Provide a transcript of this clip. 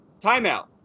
timeout